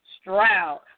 Stroud